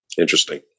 interesting